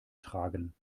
tragen